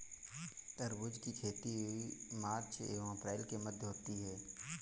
तरबूज की खेती मार्च एंव अप्रैल के मध्य होती है